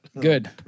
Good